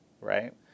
right